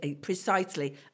precisely